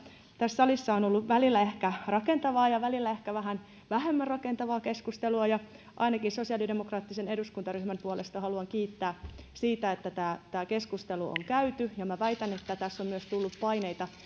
tässä salissa on ollut välillä ehkä rakentavaa ja välillä ehkä vähän vähemmän rakentavaa keskustelua ja ainakin sosiaalidemokraattisen eduskuntaryhmän puolesta haluan kiittää siitä että tämä tämä keskustelu on käyty ja väitän että tässä on myös tullut paineita